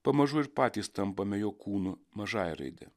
pamažu ir patys tampame jo kūnu mažąja raide